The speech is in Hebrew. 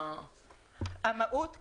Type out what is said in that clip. יש